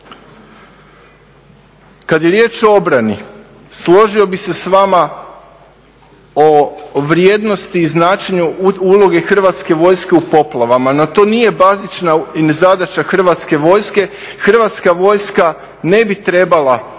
Kada je riječ o obrani, složio bih se s vama o vrijednosti i značenju, ulozi Hrvatske vojske u poplavama no to nije bazična zadaća Hrvatske vojske, Hrvatska vojska ne bi trebala da